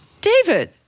David